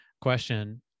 question